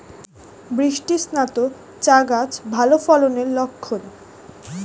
বৃষ্টিস্নাত চা গাছ ভালো ফলনের লক্ষন